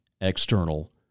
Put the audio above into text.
external